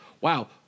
wow